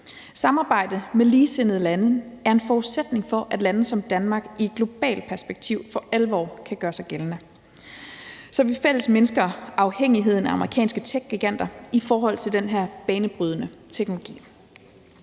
Samarbejde med ligesindede lande er en forudsætning for, at lande som Danmark i et globalt perspektiv for alvor kan gøre sig gældende, så vi i fællesskab mindsker afhængigheden af amerikanske techgiganter i forhold til den her banebrydende teknologi.